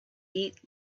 eat